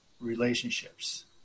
relationships